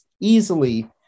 easily